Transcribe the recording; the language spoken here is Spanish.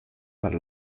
para